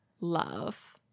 love